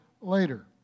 later